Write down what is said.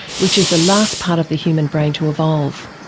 which is the last part of the human brain to evolve.